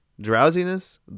drowsiness